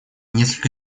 несколько